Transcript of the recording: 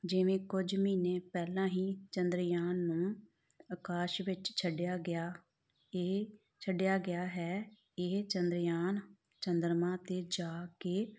ਜਿਵੇਂ ਕੁਝ ਮਹੀਨੇ ਪਹਿਲਾਂ ਹੀ ਚੰਦਰਯਾਨ ਨੂੰ ਆਕਾਸ਼ ਵਿੱਚ ਛੱਡਿਆ ਗਿਆ ਇਹ ਛੱਡਿਆ ਗਿਆ ਹੈ ਇਹ ਚੰਦਰਯਾਨ ਚੰਦਰਮਾ 'ਤੇ ਜਾ ਕੇ